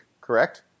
Correct